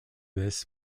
this